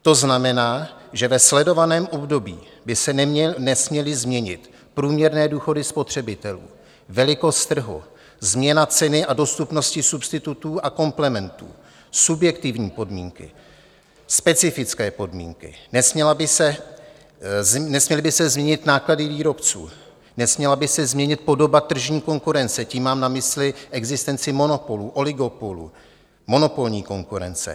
To znamená, že ve sledovaném období by se nesměly změnit průměrné důchody spotřebitelů, velikost trhu, změna ceny a dostupnosti substitutů a komplementů, subjektivní podmínky, specifické podmínky, nesměly by se změnit náklady výrobců, nesměla by se změnit podoba tržní konkurence, tím mám na mysli existenci monopolů, oligopolů, monopolní konkurence.